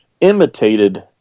imitated